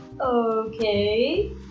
Okay